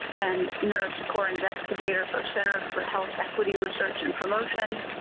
and nurse core investigator for center for health equity research and promotion,